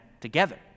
together